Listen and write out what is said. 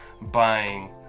buying